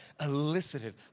elicited